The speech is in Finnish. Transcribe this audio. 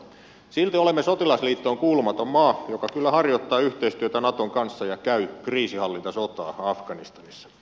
silti olemme sotilasliittoon kuulumaton maa joka kyllä harjoittaa yhteistyötä naton kanssa ja käy kriisinhallintasotaa afganistanissa